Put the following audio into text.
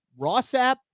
Rossap